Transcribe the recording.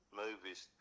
movies